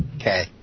Okay